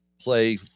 play